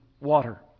water